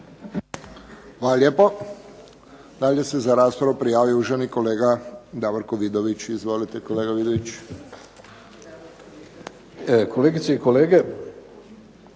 Hvala lijepo. Dalje se za raspravu prijavio uvaženi kolega Davorko Vidović. Izvolite kolega Vidović. **Vidović,